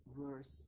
verse